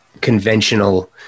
conventional